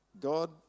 God